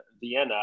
Vienna